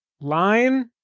line